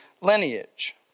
lineage